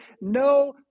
no